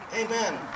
Amen